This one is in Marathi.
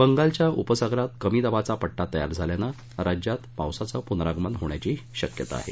बंगालच्या उपसागरात कमी दाबाचा पट्टा तयार झाल्यानं राज्यात पावसाचं पुनरागमन होण्याची शक्यता आहे